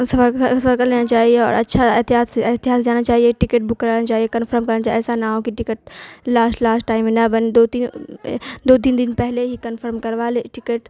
سفر کر لینا چاہیے اور اچھا احتیاط سے احتیاط سے جانا چاہیے ٹکٹ بک کرانا چاہیے کنفرم کرنا چاہیے ایسا نہ ہو کہ ٹکٹ لاسٹ لاسٹ ٹائم میں نہ بن دو تین دو تین دن پہلے ہی کنفرم کروا لے ٹکٹ